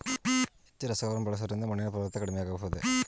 ಹೆಚ್ಚು ರಸಗೊಬ್ಬರವನ್ನು ಬಳಸುವುದರಿಂದ ಮಣ್ಣಿನ ಫಲವತ್ತತೆ ಕಡಿಮೆ ಆಗಬಹುದೇ?